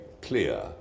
clear